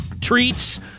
treats